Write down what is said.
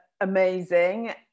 amazing